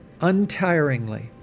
untiringly